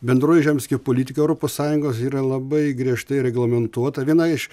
bendroji žemės ūkio politika europos sąjungos yra labai griežtai reglamentuota viena iš